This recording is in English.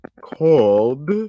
called